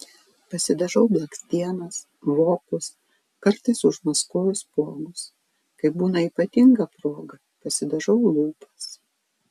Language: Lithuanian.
pasidažau blakstienas vokus kartais užmaskuoju spuogus kai būna ypatinga proga pasidažau lūpas